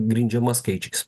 grindžiama skaičiais